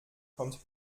kommt